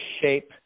shape